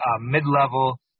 mid-level